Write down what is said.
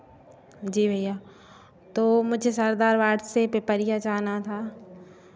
जी भैया तो मुझे सरदारबाद से पिपरिया जाना था